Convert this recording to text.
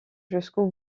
jusqu’au